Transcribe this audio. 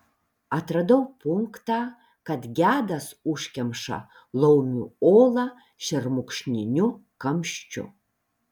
atradau punktą kad gedas užkemša laumių olą šermukšniniu kamščiu